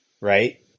Right